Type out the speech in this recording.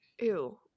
Ew